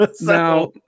Now